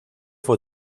fue